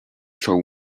show